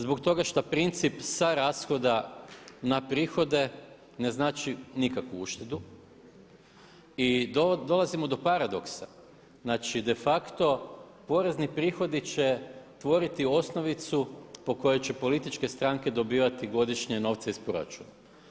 Zbog toga što princip sa rashoda na prihode ne znači nikakvu uštedu i dolazimo do paradoksa, znači de facto porezni prihodi će tvoriti osnovicu po kojoj će političke stranke dobivati godišnje novce iz proračuna.